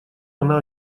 она